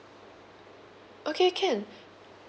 okay can